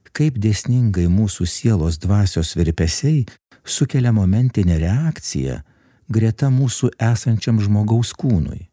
kaip dėsningai mūsų sielos dvasios virpesiai sukelia momentinę reakciją greta mūsų esančiam žmogaus kūnui